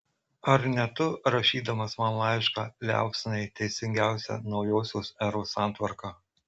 ar ne tu rašydamas man laišką liaupsinai teisingiausią naujosios eros santvarką